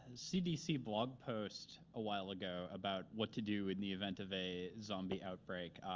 cdc blog post a while ago about what to do in the event of a zombie outbreak,